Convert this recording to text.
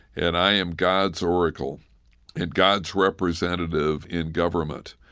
and i am god's oracle and god's representative in government,